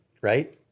right